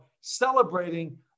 celebrating